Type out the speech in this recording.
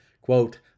quote